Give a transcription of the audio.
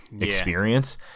experience